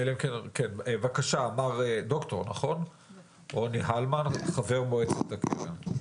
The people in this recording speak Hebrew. בבקשה ד"ר רוני הלמן, חבר מועצת הקרן.